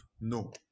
No